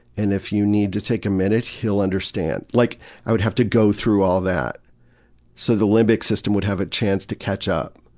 and if you need to take a minute, he'll understand'. like i would have to go through all that so the limbic system would have a chance to catch up.